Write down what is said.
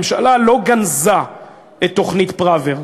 הממשלה לא גנזה את תוכנית פראוור.